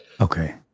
Okay